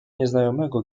nieznajomego